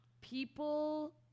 people –